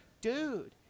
dude